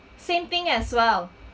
same thing as well